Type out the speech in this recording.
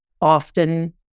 often